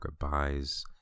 goodbyes